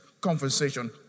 conversation